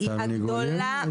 בעיקר סביב אגמון החולה.